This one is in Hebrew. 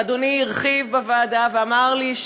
אדוני הרחיב בוועדה ואמר לי: